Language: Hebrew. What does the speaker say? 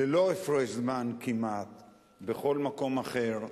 ללא הפרש זמן כמעט בכל מקום אחר,